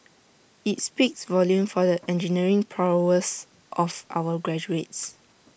IT speaks volumes for the engineering prowess of our graduates